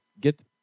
get